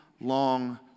long